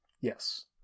Yes